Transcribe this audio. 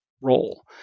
role